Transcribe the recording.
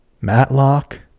Matlock